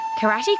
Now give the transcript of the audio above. Karate